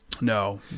No